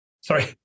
Sorry